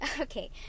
Okay